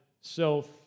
self